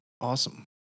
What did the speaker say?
Awesome